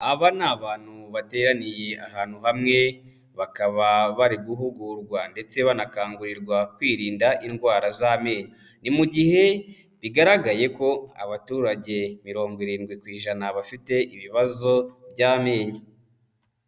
Aba ni abantu bateraniye ahantu hamwe, bakaba bari guhugurwa ndetse banakangurirwa kwirinda indwara z'amenyo, ni mu gihe bigaragaye ko abaturage mirongo irindwi ku ijana bafite ibibazo by'amenyo.